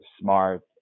smart